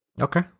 Okay